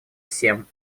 всем